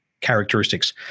characteristics